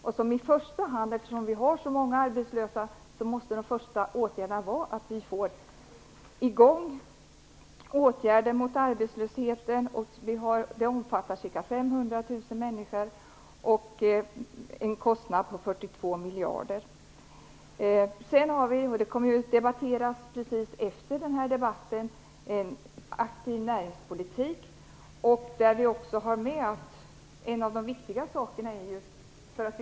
Eftersom det finns så många arbetslösa måste den första insatsen vara att vidta åtgärder mot arbetslösheten. Det är fråga om ca 500 000 människor och en kostnad på ca Efter denna debatt kommer en aktiv näringspolitik att debatteras. Där är en av de viktiga sakerna nya företag.